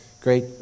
Great